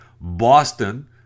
Boston